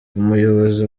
umuyobozi